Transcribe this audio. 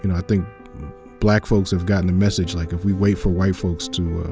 and i think black folks have gotten the message, like if we wait for white folks to